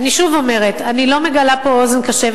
אני שוב אומרת: אני לא מגלה פה אוזן קשבת.